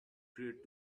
great